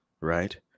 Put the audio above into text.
right